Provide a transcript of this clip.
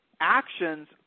actions